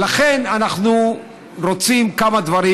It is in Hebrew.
ולכן אנחנו רוצים להבהיר כמה דברים.